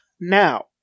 Now